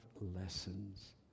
lessons